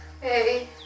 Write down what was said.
Hey